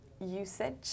usage